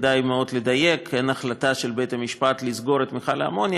כדאי מאוד לדייק: אין החלטה של בית-המשפט לסגור את מכל האמוניה,